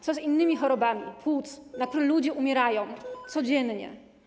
Co z innymi chorobami płuc, na które ludzie umierają codziennie?